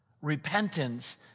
Repentance